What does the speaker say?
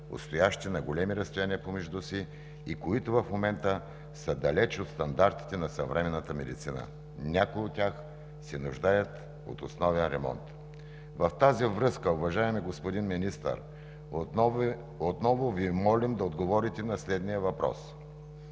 отстоящи на големи разстояния помежду си и които в момента са далеч от стандартите на съвременната медицина. Някои от тях се нуждаят от основен ремонт. В тази връзка, уважаеми господин Министър, отново Ви молим да отговорите на следния въпрос: